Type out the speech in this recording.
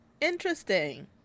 Interesting